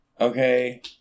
Okay